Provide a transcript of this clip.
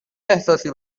احساسی